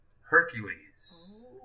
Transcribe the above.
Hercules